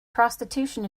prostitution